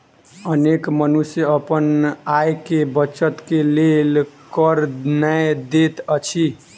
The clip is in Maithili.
अनेक मनुष्य अपन आय के बचत के लेल कर नै दैत अछि